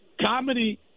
Comedy